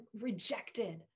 rejected